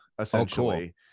essentially